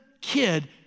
kid